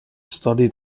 study